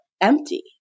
empty